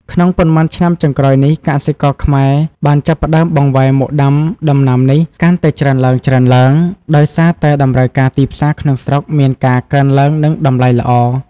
ក្នុងប៉ុន្មានឆ្នាំចុងក្រោយនេះ កសិករខ្មែរបានចាប់ផ្ដើមបង្វែរមកដាំដំណាំនេះកាន់តែច្រើនឡើងៗ ដោយសារតែតម្រូវការទីផ្សារក្នុងស្រុកមានការកើនឡើង និងតម្លៃល្អ។